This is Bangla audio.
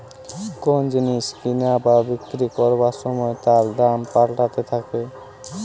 কোন জিনিস কিনা বা বিক্রি করবার সময় তার দাম পাল্টাতে থাকে